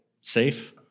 safe